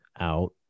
out